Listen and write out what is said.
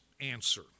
answer